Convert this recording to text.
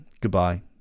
Goodbye